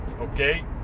okay